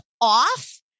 off